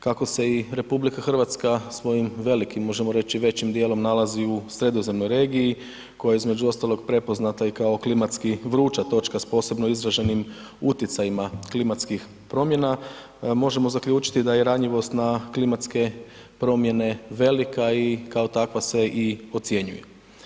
Kako se i RH svojim velikim, možemo reći većim dijelom nalazi u sredozemnoj regiji koja je između ostalog prepoznata i kao klimatski vruća točka s posebno izraženim utjecajima klimatskih promjena, možemo zaključiti da je ranjivost na klimatske promjene velika i kao takva se i ocjenjuje.